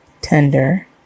tender